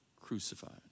crucified